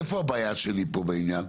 איפה הבעיה שלי פה בעניין?